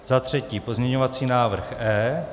Za třetí pozměňovací návrh E.